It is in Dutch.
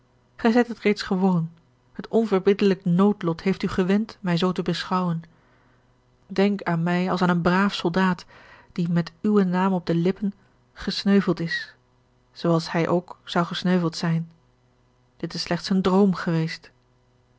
gij zijt dit reeds gewoon het onverbiddelijk noodlot heeft u gewend mij zoo te beschouwen denk aan mij als aan een braaf soldaat die met uwen naam op de lippen gesneuveld is zoo als hij ook zou gesneuveld zijn dit is slechts een droom geweest